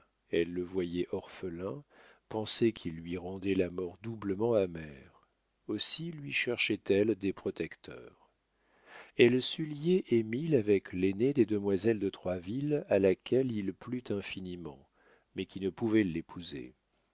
elle le voyait orphelin pensée qui lui rendait la mort doublement amère aussi lui cherchait elle des protecteurs elle sut lier émile avec l'aînée des demoiselles de troisville à laquelle il plut infiniment mais qui ne pouvait l'épouser